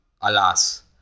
Alas